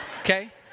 Okay